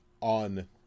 on